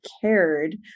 cared